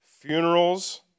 funerals